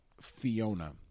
Fiona